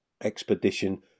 Expedition